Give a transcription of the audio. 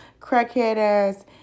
crackhead-ass